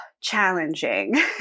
challenging